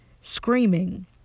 screaming